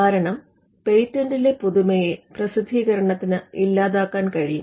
കാരണം പേറ്റന്റിലെ പുതുമയെ പ്രസിദ്ധികരണത്തിന് ഇല്ലാതാക്കാൻ കഴിയും